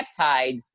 peptides